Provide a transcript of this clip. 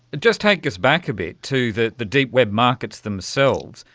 just take us back a bit to the the deep web markets themselves.